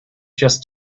just